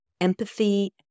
empathy